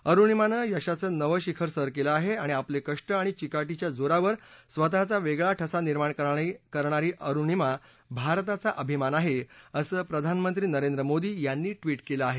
अरुणिमानं यशाचं नवं शिखर सर केलं आहे आणि आपले कष्ट आणि चिकाटीच्या यांच्या जोरावर स्वतःचा वेगळा ठसा निर्माण करणारी अरुणिमा भारताचा अभिमान आहे असं प्रधानमंत्री नरेंद्र मोदी यांनी ट्वीट केलं आहे